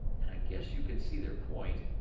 and i guess you can see their point.